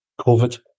COVID